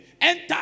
Enter